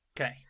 Okay